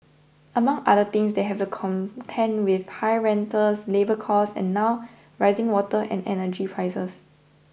among other things they have to contend with high rentals labour costs and now rising water and energy prices